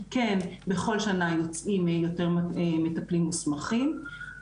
כן בכל שנה יוצאים יותר מטפלים מוסמכים,